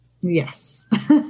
Yes